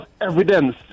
evidence